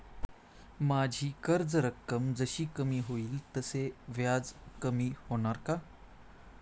माझी कर्ज रक्कम जशी कमी होईल तसे व्याज कमी होणार का?